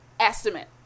estimate